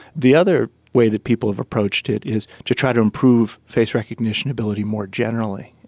the other way that people have approached it is to try to improve face recognition ability more generally.